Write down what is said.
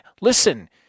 Listen